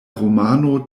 romano